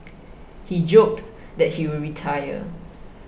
he joked that he would retire